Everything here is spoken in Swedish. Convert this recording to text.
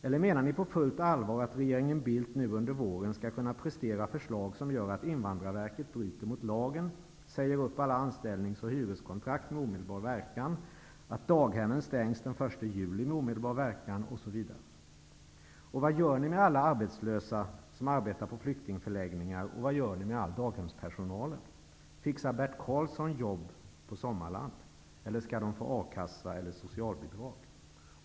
Eller menar ni på fullt allvar att regeringen Bildt nu under våren skall kunna prestera förslag som gör att Invandrarverket bryter mot lagen och säger upp alla anställnings och hyreskontrakt med omedelbar verkan, att daghemmen stängs den 1 juli med omedelbar verkan osv.? Och vad gör ni med alla dem som arbetar på flyktingförläggningar och blir arbetslösa, och vad gör ni med daghemspersonalen? Fixar Bert Karlsson jobb på Sommarland? Eller skall de få A-kassa eller socialbidrag?